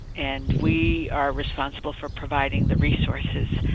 and we are responsible for providing the resources,